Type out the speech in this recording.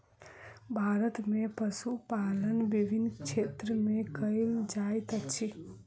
भारत में पशुपालन विभिन्न क्षेत्र में कयल जाइत अछि